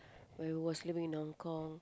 when I was living in Hong Kong